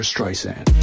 Streisand